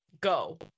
go